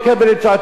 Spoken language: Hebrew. מה לעשות?